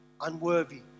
unworthy